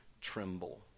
tremble